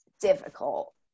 difficult